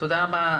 תודה רבה,